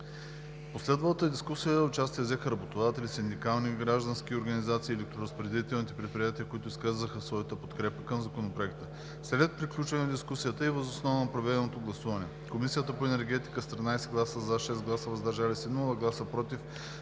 последвалата дискусия участие взеха работодателските, синдикални и граждански организации и електроразпределителните предприятия, които изказаха своята подкрепа към Законопроекта. След приключване на дискусията и въз основа на проведеното гласуване Комисията по енергетика с 13 гласа „за“, 6 гласа „въздържал се“ и без „против“